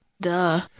Duh